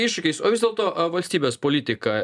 iššūkiais o vis dėlto valstybės politika